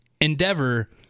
endeavor